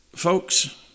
Folks